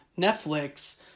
Netflix